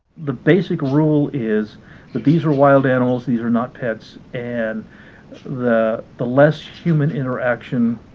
the basic rule is that these are wild animals, these are not pets and the the less human interaction,